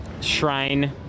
shrine